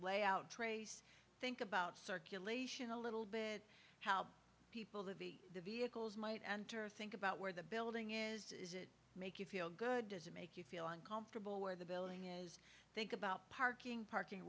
lay out trace think about circulation a little bit how the vehicles might enter think about where the building is does it make you feel good does it make you feel uncomfortable where the building is think about parking parking